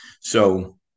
So-